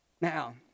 Now